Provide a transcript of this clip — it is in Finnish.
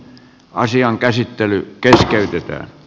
asian käsittely keskeytetään